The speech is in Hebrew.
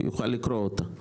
יוכל לקרוא אותה,